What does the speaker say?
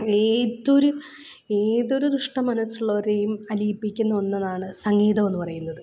ഏതൊരു ഏതൊരു ദുഷ്ട മനസ്സിലുള്ളവരേയും അലിയിപ്പിക്കുന്ന ഒന്നാണ് സംഗീതമെന്ന് പറയുന്നത്